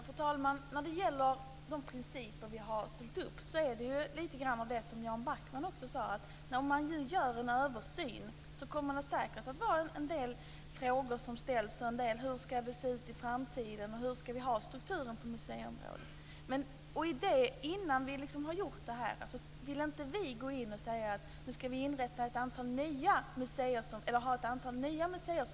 Fru talman! När det gäller de principer som vi har ställt upp är det lite så som Jan Backman sade. Om man nu gör en översyn kommer det säkert att vara en del frågor som ställs. En del kommer att undra hur det ska se ut i framtiden och hur vi ska ha strukturen på museiområdet. Innan vi har gjort det här vill vi inte gå in och säga att ett antal nya museer ska få statligt stöd.